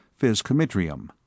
physcomitrium